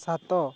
ସାତ